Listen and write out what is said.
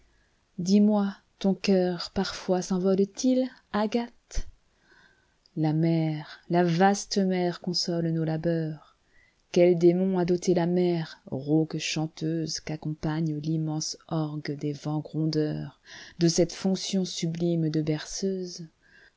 dis-moi ton cœur parfois senvole t il agathe la mer la vaste mer console nos labeurs quel démon a doté la mer rauque chanteusequ'accompagne l'immense orgue des vents grondeurs de cette fonction sublime de berceuse